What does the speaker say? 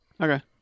okay